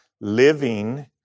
living